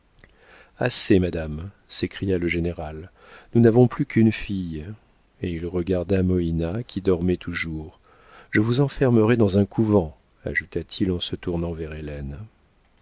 assez madame s'écria le général nous n'avons plus qu'une fille et il regarda moïna qui dormait toujours je vous enfermerai dans un couvent ajouta-t-il en se tournant vers